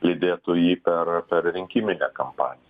lydėtų jį per rinkiminę kampaniją